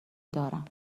دارم